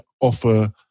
offer